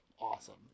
awesome